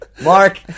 Mark